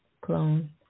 clone